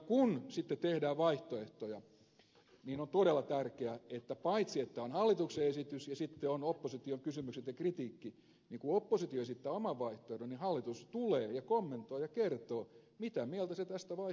kun sitten tehdään vaihtoehtoja niin on todella tärkeää että paitsi että on hallituksen esitys ja sitten opposition kysymykset ja kritiikki niin kun oppositio esittää oman vaihtoehdon hallitus tulee ja kommentoi ja kertoo mitä mieltä se tästä vaihtoehdosta on